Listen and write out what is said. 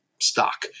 stock